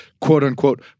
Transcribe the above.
quote-unquote